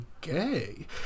gay